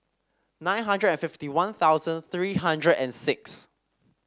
nine hundred and fifty One Thousand three hundred and six